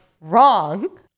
wrong